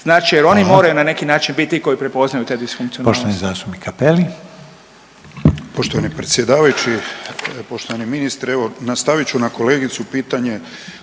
Reiner: Hvala./… … na neki način biti ti koji prepoznaju te disfunkcionalnosti.